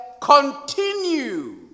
continue